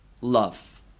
love